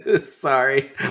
sorry